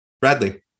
Bradley